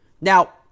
Now